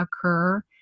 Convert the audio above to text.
occur